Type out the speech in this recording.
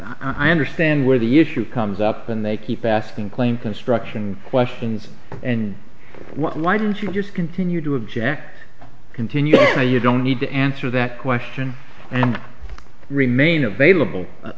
i understand where the issue comes up and they keep asking claim construction questions and why don't you just continue to object continue you don't need to answer that question and remain available at